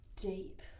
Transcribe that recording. deep